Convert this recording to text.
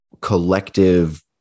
collective